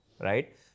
right